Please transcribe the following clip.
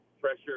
pressure